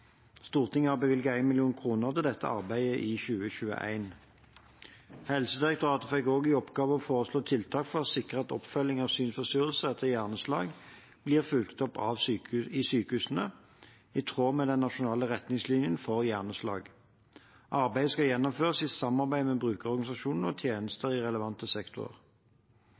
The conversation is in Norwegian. Stortinget har bevilget 1 mill. kr til dette arbeidet i 2021. Helsedirektoratet fikk også i oppgave å foreslå tiltak for å sikre at oppfølging av synsforstyrrelser etter hjerneslag blir fulgt opp i sykehusene, i tråd med den nasjonale retningslinjen for hjerneslag. Arbeidet skal gjennomføres i samarbeid med brukerorganisasjoner og tjenester i relevante sektorer.